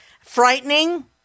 Frightening